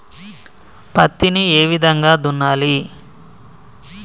పత్తిని ఏ విధంగా దున్నాలి?